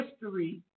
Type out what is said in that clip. history